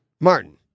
Martin